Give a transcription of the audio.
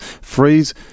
Freeze